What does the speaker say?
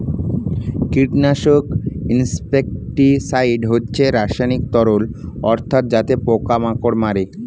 কীটনাশক ইনসেক্টিসাইড হচ্ছে রাসায়নিক তরল পদার্থ যাতে পোকা মাকড় মারে